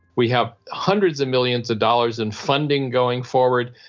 we have hundreds of millions of dollars in funding going forward.